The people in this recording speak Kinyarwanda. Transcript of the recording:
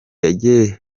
yategetse